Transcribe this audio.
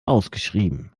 ausgeschrieben